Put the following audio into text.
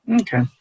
Okay